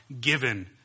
given